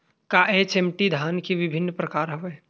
का एच.एम.टी धान के विभिन्र प्रकार हवय?